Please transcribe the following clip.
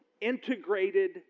integrated